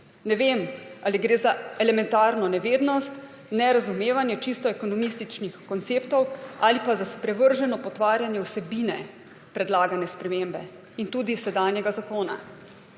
Ne vem, ali gre za elementarno nevednost, nerazumevanje čisto ekonomističnih konceptov ali pa za sprevrženo potvarjanje vsebine predlagane spremembe in tudi sedanjega zakona.